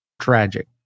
tragic